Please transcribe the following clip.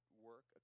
work